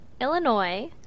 Illinois